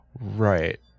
Right